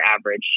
average